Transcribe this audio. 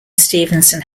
stephenson